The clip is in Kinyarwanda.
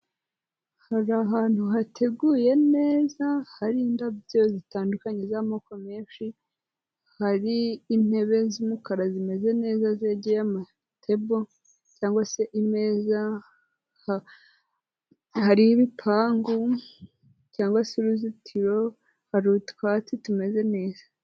Hari ahantu hateguye neza hari indabyo zitandukanye z'amoko menshi hari intebe z'umukara zimeze neza zegereye amatebo cyangwa se imeza hari ibipangu cyangwa se uruzitiro hari utwatsi tumeze neza.